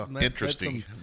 Interesting